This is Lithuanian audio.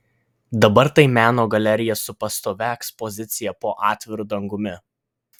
dabar tai meno galerija su pastovia ekspozicija po atviru dangumi